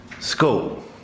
school